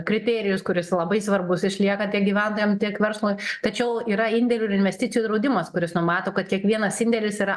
kriterijus kuris labai svarbus išlieka tiek gyventojam tiek verslui tačiau yra indėlių ir investicijų draudimas kuris numato kad kiekvienas indėlis yra